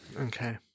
Okay